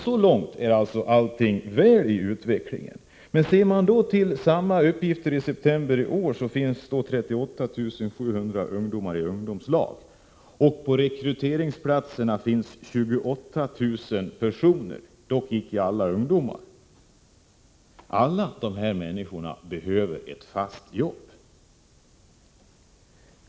Så långt är allting väl i utvecklingen. Men ser man på samma uppgifter i september i år finner man att det finns 38 700 ungdomar i ungdomslag och 28 000 personer på rekryteringsplatserna, dock icke alla ungdomar. Alla dessa människor behöver ett fast jobb.